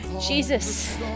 Jesus